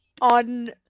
on